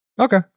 Okay